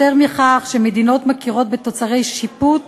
יותר מכך, מדינות מכירות אף בתוצרי שיפוט